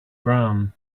brown